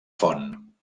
font